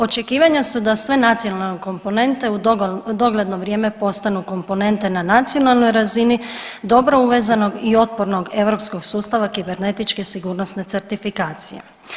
Očekivanja su da sve nacionalne komponente u dogledno vrijeme postanu komponente na nacionalnoj razini, dobro uvezenog i otpornog europskog sustava kibernetičke sigurnosne certifikacije.